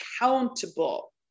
accountable